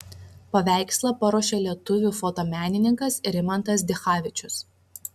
paveikslą paruošė lietuvių fotomenininkas rimantas dichavičius